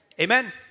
Amen